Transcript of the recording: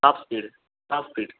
top speed top speed